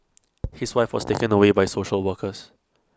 his wife was taken away by social workers